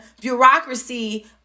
bureaucracy